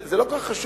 זה לא כל כך חשוב,